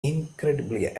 incredibly